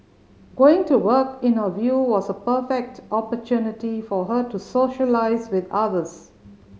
going to work in the view was a perfect opportunity for her to socialise with others